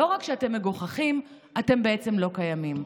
לא רק שאתם מגוחכים, אתם בעצם לא קיימים.